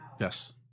Yes